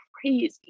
crazy